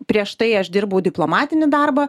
prieš tai aš dirbau diplomatinį darbą